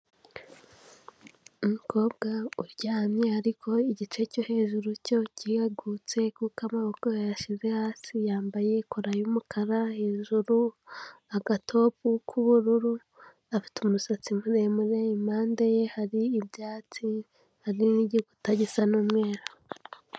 Umukobwa uryamye ariko igice cyo hejuru cyo giheregutse gukama ubwa yashyize hasi yambaye cora y'umukara, hejuru agatopu k'ubururu, afite umusatsi muremure, impande ye hari ibyatsi hari nigikuta gisa n'umweru.